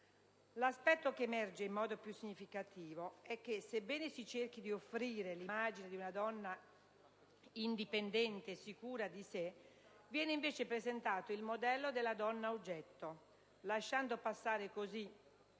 L'aspetto che emerge in modo più significativo è che, sebbene si cerchi di offrire l'immagine di una donna indipendente e sicura di sé, viene invece presentato il modello della donna oggetto, lasciando passare così,